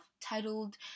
titled